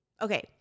okay